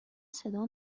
صدا